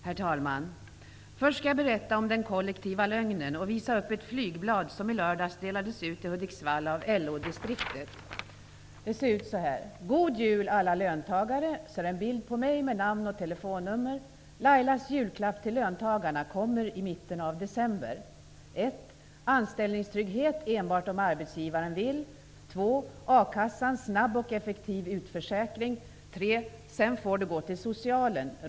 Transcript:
Herr talman! Först skall jag berätta om den kollektiva lögnen och visa upp ett flygblad som i lördags delades ut i Hudiksvall av LO-distriktet. På flygbladet står det: ''God Jul alla löntagare!'' Sedan är det en bild på mig med namn och telefonnummer. ''Lailas julklapp till löntagarna kommer i mitten av december: 1. Anställningstrygghet -- enbart om arbetsgivaren vill. 2. A-kassan -- snabb och effektiv utförsäkring. 3. Sen får du gå till socialen.